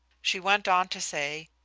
she went on to say,